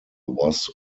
was